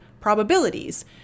probabilities